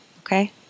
okay